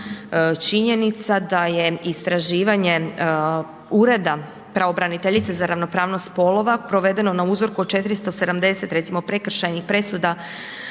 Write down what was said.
činjenica da je istraživanje Ureda pravobraniteljice za ravnopravnost spolova provedeno na uzorku od 470 recimo prekršajnih presuda